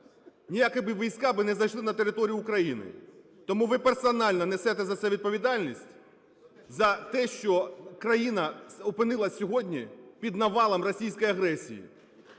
ніякі війська би не зайшли на територію України. Тому ви персонально несете за це відповідальність – за те, що країна опинилась сьогодні під навалом російської агресії.